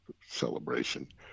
celebration